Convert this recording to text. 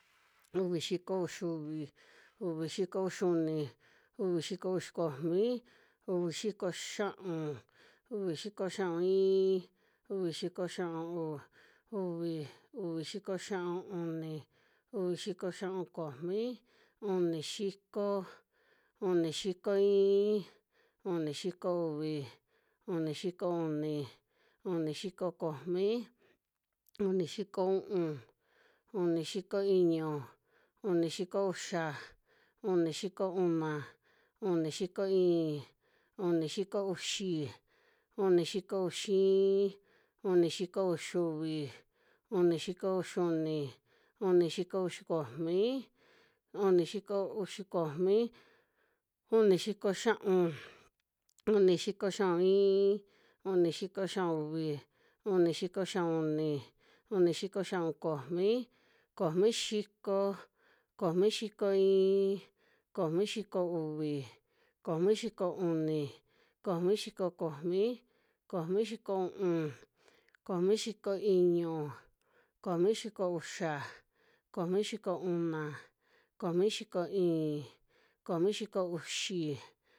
Uvi xiko ixiuvi, uvi xiko uxiuni, uvi xiko uxi komi, uvi xiko xia'un, uvi xiko xia'un iin, uvi xiko xia'un uv- uvi, uvi xiko xia'un uni, uvi xiko xia'un komi, uni xiko, uni xiko iin, uni xiko uvi, uni xiko uni, uni xiko komi, uni xiko u'un, uni xiko iñu, uni xiko uxa, uni xiko una, uni xiko i'in, uni xiko uxi, uni xiko uxi iin, uni xiko uxiuvi, uni xiko uxiuni, uni xiko uxi komi, uni xiko uxi komi, uni xiko xia'un, uni xiko xia'un iin, uni xiko xia'un uvi, uni xiko xia'un uni, uni xiko xia'un komi, komi xiko, komi xiko iin, komi xiko uvi, komi xiko uni, komi xiko komi, komi xiko u'un, komi xiko iñu, komi xiko uxa, komi xiko una, komi xiko i'in, komi xiko uxi